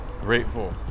grateful